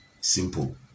Simple